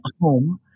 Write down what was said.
home